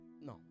no